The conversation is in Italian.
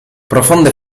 profonde